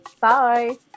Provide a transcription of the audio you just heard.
Bye